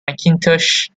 macintosh